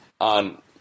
on